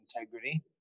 integrity